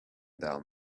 down